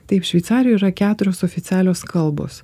taip šveicarijoj yra keturios oficialios kalbos